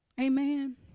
Amen